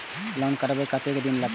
Loan करबे में कतेक दिन लागते?